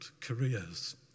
careers